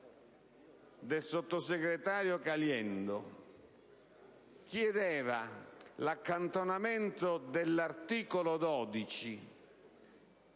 del sottosegretario Caliendo ha chiesto l'accantonamento dell'articolo 12